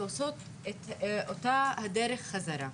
ועושות את אותה הדרך חזרה,